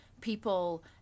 people